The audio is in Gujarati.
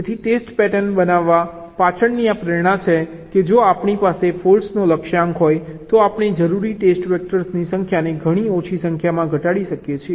તેથી ટેસ્ટ પેટર્ન બનાવવા પાછળની આ પ્રેરણા છે કે જો આપણી પાસે ફોલ્ટ્સનો લક્ષ્યાંક હોય તો આપણે જરૂરી ટેસ્ટ વેક્ટર્સની સંખ્યાને ઘણી ઓછી સંખ્યામાં ઘટાડી શકીએ છીએ